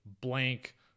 blank